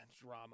drama